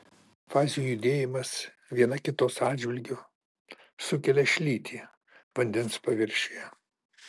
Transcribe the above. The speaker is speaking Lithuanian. fazių judėjimas viena kitos atžvilgiu sukelia šlytį vandens paviršiuje